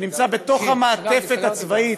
שנמצא בתוך המעטפת הצבאית,